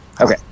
Okay